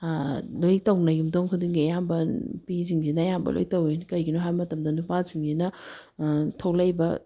ꯂꯣꯏ ꯇꯧꯅꯩ ꯌꯨꯝꯊꯣꯡ ꯈꯨꯗꯤꯡꯒꯤ ꯑꯌꯥꯝꯕ ꯅꯨꯄꯤꯁꯤꯡꯁꯤꯅ ꯑꯌꯥꯝꯕ ꯂꯣꯏ ꯇꯧꯏ ꯀꯩꯒꯤꯅꯣ ꯍꯥꯏꯕ ꯃꯇꯝꯗ ꯅꯨꯄꯥꯁꯤꯡꯁꯤꯅ ꯊꯣꯛꯂꯛꯏꯕ